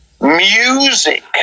music